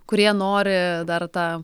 kurie nori dar tą